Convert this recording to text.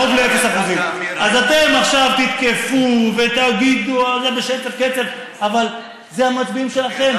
אז אתם עכשיו תתקפו ותגידו בשצף קצף: אבל אלה המצביעים שלכם.